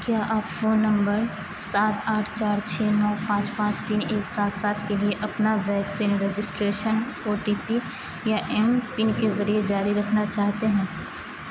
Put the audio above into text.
کیا آپ phone number سات آٹھ چار چھ نو پانچ پانچ تین ایک سات سات کے لیے اپنا vaccine registration O T P یا ایم پن کے ذریعے جاری رکھنا چاہتے ہیں